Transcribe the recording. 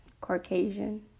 Caucasian